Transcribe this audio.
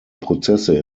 prozesse